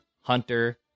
Hunter